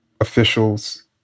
officials